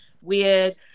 weird